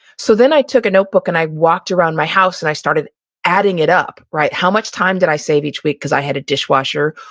so then i took a notebook and i walked around my house and i started adding it up. how much time did i save each week cause i had a dishwasher,